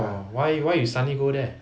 orh why why you suddenly go there